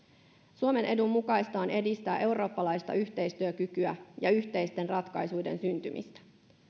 suomen edun mukaista on edistää eurooppalaista yhteistyökykyä ja yhteisten ratkaisuiden syntymistä